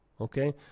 Okay